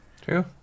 True